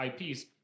IPs